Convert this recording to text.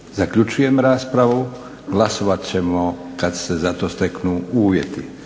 Zaključujem raspravu. Glasovat ćemo kad se za to steknu uvjeti.